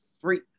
Three